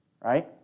right